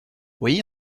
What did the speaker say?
oui